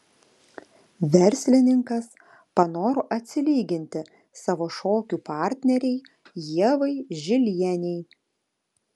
verslininkas panoro atsilyginti savo šokių partnerei ievai žilienei